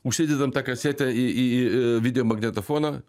užsidedam tą kasetę į į video magnetofoną